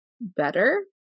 better